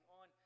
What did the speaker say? on